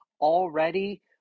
already